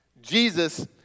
Jesus